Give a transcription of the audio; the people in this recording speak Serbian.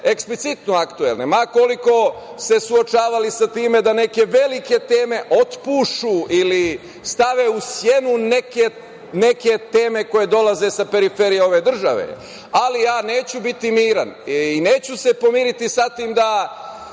eksplicitno aktuelne, ma koliko se suočavali sa time da neke velike teme otpušu ili stave u sjenu neke teme koje dolaze sa periferije ove države, ali ja neću biti miran i neću se pomiriti sa tim da